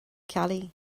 ceallaigh